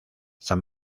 san